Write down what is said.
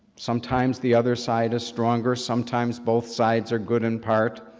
sometimes the other side is stronger, sometimes both sides are good in part,